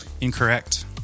Incorrect